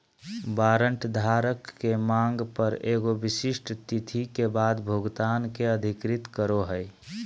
warrant धारक के मांग पर एगो विशिष्ट तिथि के बाद भुगतान के अधिकृत करो हइ